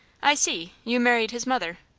i see, you married his mother.